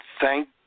thank